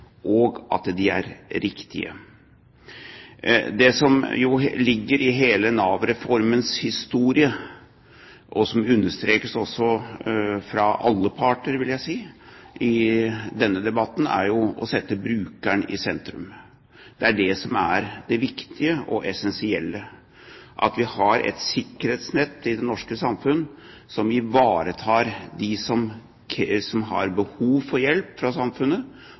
og at de målene som er satt opp for reformen, er sentrale, viktige og riktige. Det som ligger i hele Nav-reformens historie, og som jeg vil si understrekes fra alle parter i denne debatten, er å sette brukeren i sentrum. Det som er det viktige og essensielle, er at vi har et sikkerhetsnett i det norske samfunnet som ivaretar dem som har behov for hjelp fra samfunnet,